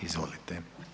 Izvolite.